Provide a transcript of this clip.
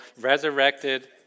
resurrected